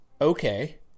okay